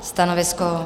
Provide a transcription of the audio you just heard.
Stanovisko?